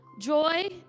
joy